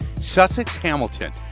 Sussex-Hamilton